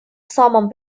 самом